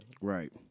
Right